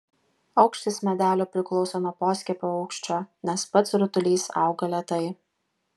aukštis medelio priklauso nuo poskiepio aukščio nes pats rutulys auga lėtai